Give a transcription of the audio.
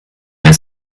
mehr